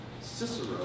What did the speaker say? Cicero